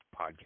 podcast